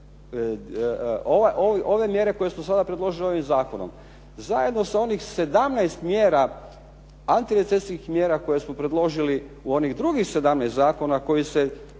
ove mjere koje su sada predložene ovim zakonom, zajedno sa onih 17 mjera, antirecesijskih mjera koje su predložili u onih drugih 17 zakona koji se